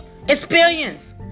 Experience